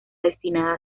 destinada